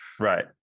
right